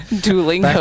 Dueling